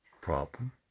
problem